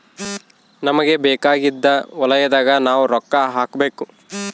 ನಮಗ ಬೇಕಾಗಿದ್ದ ವಲಯದಾಗ ನಾವ್ ರೊಕ್ಕ ಹಾಕಬೇಕು